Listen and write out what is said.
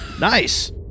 Nice